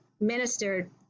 ministered